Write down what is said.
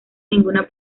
ninguna